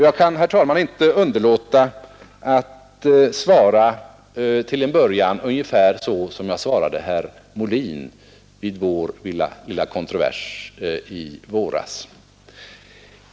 Jag kan, herr talman, inte underlåta att svara till en början ungefär så som jag svarade herr Molin vid vår lilla kontrovers i våras.